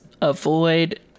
avoid